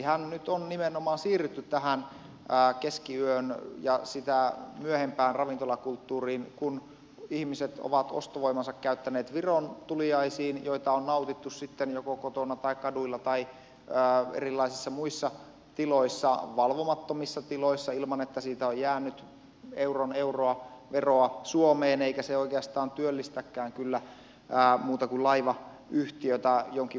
siksihän nyt on nimenomaan siirrytty tähän keskiyön ja sitä myöhemmän ravintolakulttuuriin kun ihmiset ovat ostovoimansa käyttäneet viron tuliaisiin joita on nautittu sitten joko kotona tai kaduilla tai erilaisissa muissa tiloissa valvomattomissa tiloissa ilman että siitä on jäänyt euron euroa veroa suomeen eikä se oikeastaan työllistäkään kyllä muuta kuin laivayhtiöitä jonkin verran